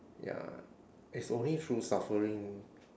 ya it's only through suffering